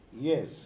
Yes